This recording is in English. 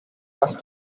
last